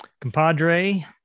compadre